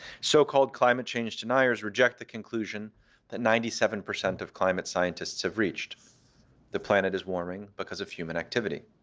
so-called climate change deniers reject the conclusion that ninety seven percent of climate scientists have reached the planet is warming because of human activity.